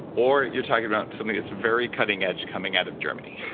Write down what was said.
or you're talking about something that's very cutting edge coming out of germany.